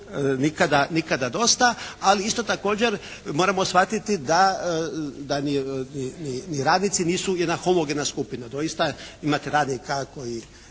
nikada dosta. Ali isto također moramo shvatiti da ni radnici nisu jedna homogena skupina. Doista imate radnika koji